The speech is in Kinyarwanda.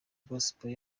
gospel